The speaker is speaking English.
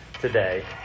today